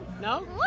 No